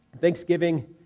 Thanksgiving